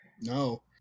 No